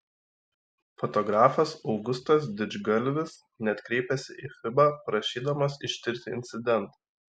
fotografas augustas didžgalvis net kreipėsi į fiba prašydamas ištirti incidentą